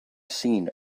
seen